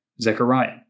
Zechariah